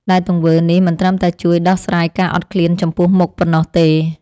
ដែលទង្វើនេះមិនត្រឹមតែជួយដោះស្រាយការអត់ឃ្លានចំពោះមុខប៉ុណ្ណោះទេ។